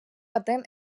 один